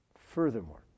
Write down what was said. Furthermore